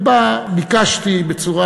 ובו ביקשתי, בצורה